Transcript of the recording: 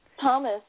Thomas